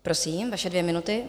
Prosím, vaše dvě minuty.